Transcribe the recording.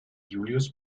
julius